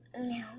No